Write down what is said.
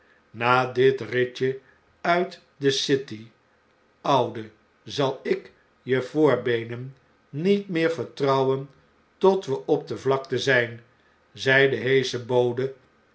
na dit ritje uit de city oude zal ik je voorbeenen niet meer vertrouwen tot we op de vlakte zjjn zei de heesche